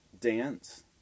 dance